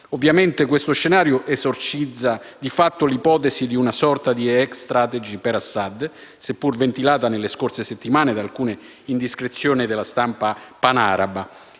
Ovviamente questo scenario esorcizza di fatto l'ipotesi di una sorta *exit strategy* per Assad, seppur ventilata nelle scorse settimane da alcune indiscrezioni della stampa panaraba.